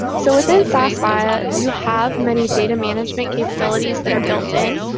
so within sas viya, you have many data management capabilities that are built in.